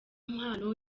mpano